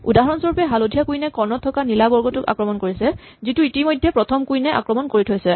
উদাহৰণস্বৰূপে হালধীয়া কুইন এ কৰ্ণত থকা নীলা বৰ্গটোক আক্ৰমণ কৰিছে যিটোক ইতিমধ্যে প্ৰথম কুইন এ আক্ৰমণ কৰি থৈছে